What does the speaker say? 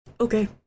Okay